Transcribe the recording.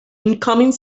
incoming